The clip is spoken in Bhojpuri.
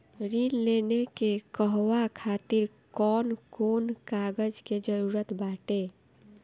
ऋण लेने के कहवा खातिर कौन कोन कागज के जररूत बाटे?